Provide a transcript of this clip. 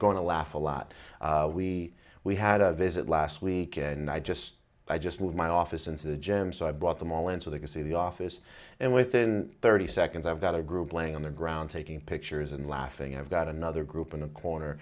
to laugh a lot we we had a visit last week and i just i just moved my office into the gym so i brought them all and so they can see the office and within thirty seconds i've got a group laying on the ground taking pictures and laughing i've got another group in a corner